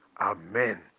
Amen